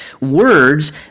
words